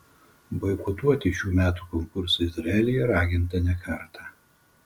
boikotuoti šių metų konkursą izraelyje raginta ne kartą